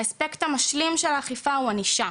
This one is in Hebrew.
האספקט המשלים של האכיפה הוא הענישה.